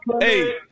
Hey